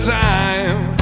time